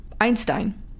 Einstein